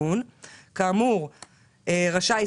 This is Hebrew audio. רשאית,